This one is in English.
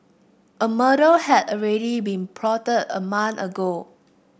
a murder had already been plotted a month ago